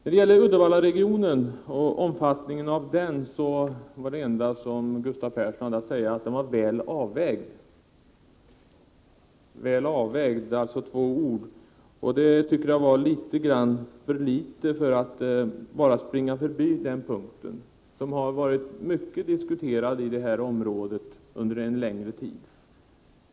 I fråga om Uddevallaregionen och dess omfattning var det enda som Gustav Persson hade att säga att den var ”väl avvägd” — alltså två ord. Det tycker jag var något för litet för att kunna springa förbi den punkten, som har varit mycket diskuterad i det här området under en längre tid.